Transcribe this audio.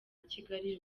kigali